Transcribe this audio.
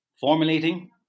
formulating